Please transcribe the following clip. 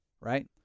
right